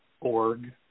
org